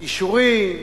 אישורים,